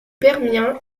permien